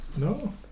No